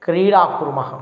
क्रीडा कुर्मः